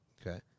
Okay